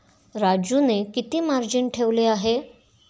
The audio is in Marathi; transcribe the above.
राजूने किती मार्जिन ठेवले आहे?